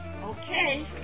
okay